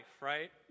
right